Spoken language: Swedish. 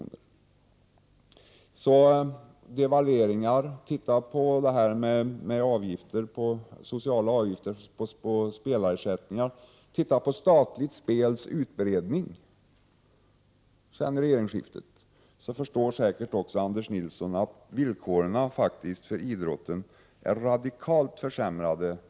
På tal om devalveringar — titta på sociala avgifter på spelarersättningar och titta på utbredningen av statligt spel sedan regeringsskiftet! Sedan förstår säkert också Anders Nilsson att de ekonomiska villkoren för idrotten faktiskt är radikalt försämrade.